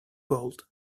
gold